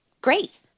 great